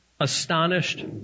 astonished